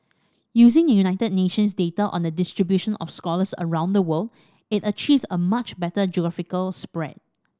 using United Nations data on the distribution of scholars around the world it achieved a much better geographical spread